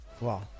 wow